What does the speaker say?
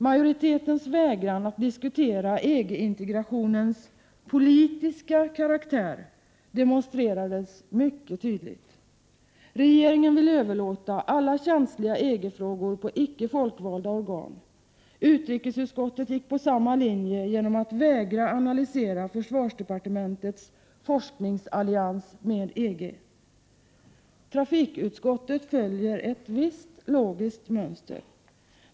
Majoritetens vägran att diskutera EG-integrationens politiska karaktär demonstrerades mycket tydligt. Regeringen vill överlåta alla känsliga EG-frågor på icke folkvalda organ. Utrikesutskottet gick på samma linje genom att vägra analysera försvarsdepartementets forskningsallians med EG. Trafikutskottet följer ett visst logiskt mönster.